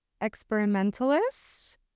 Experimentalist